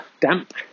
damp